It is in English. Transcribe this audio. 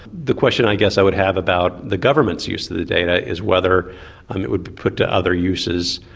the question i guess i would have about the government's use of the data is whether um it would be put to other uses,